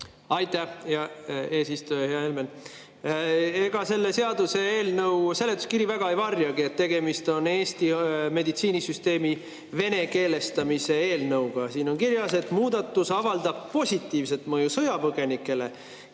Aitäh, hea eesistuja! Hea Helmen! Ega selle seaduseelnõu seletuskiri väga ei varjagi, et tegemist on Eesti meditsiinisüsteemi venekeelestamise eelnõuga. Siin on kirjas, et muudatus avaldab positiivset mõju sõjapõgenikele,